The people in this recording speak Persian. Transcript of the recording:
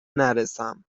نرسم